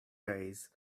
days